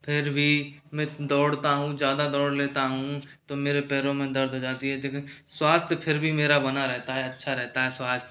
फिर भी मैं दौड़ता हूँ ज्यादा दौड़ लेता हूँ तो मेरे पैरों में दर्द हो जाती है स्वास्थ्य फिर भी मेरा बना रहता है अच्छा रहता है स्वास्थ्य